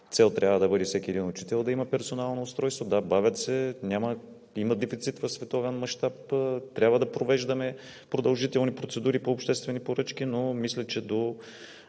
цел трябва да бъде всеки един учител да има персонално устройство. Да, бавят се, има дефицит в световен мащаб, трябва да провеждаме продължителни процедури по обществени поръчки, но мисля, че до